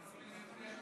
דילגת